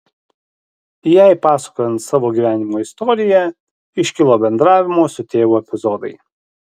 jai pasakojant savo gyvenimo istoriją iškilo bendravimo su tėvu epizodai